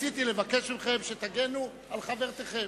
ניסיתי לבקש מכם שתגנו על חברתכם.